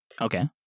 Okay